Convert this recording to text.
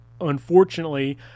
unfortunately